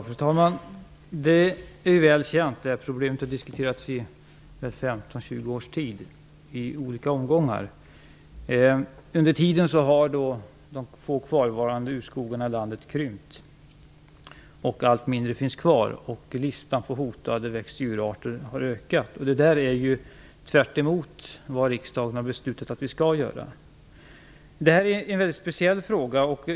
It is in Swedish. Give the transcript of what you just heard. Fru talman! Detta är väl känt. Det här problemet har diskuterats i 15, 20 års tid i olika omgångar. Under tiden har de få kvarvarande urskogarna i landet krympt, allt mindre finns kvar, och listan över hotade växt och djurarter har blivit längre. Det är tvärtemot vad riksdagen har beslutat att vi skall göra. Det här är en mycket speciell fråga.